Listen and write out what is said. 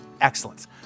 excellence